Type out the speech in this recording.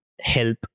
help